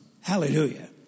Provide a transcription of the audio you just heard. Hallelujah